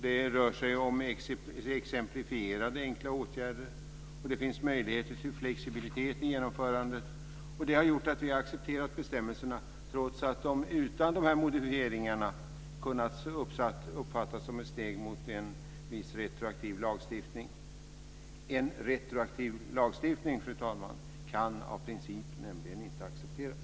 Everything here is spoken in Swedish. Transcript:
Det rör sig om exemplifierade enkla åtgärder, och det finns möjligheter till flexibilitet i genomförandet. Detta har gjort att vi har accepterat bestämmelserna, trots att de utan dessa modifieringar hade kunnat uppfattas som ett steg mot en retroaktiv lagstiftning. En retroaktiv lagstiftning, fru talman, kan av princip nämligen inte accepteras.